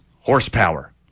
horsepower